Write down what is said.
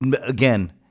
Again